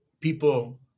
people